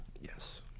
Yes